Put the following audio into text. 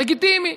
לגיטימי.